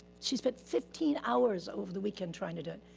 she spent fifteen hours over the weekend trying to do it.